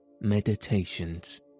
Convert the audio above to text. Meditations